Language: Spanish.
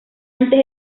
antes